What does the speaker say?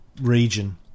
region